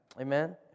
Amen